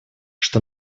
что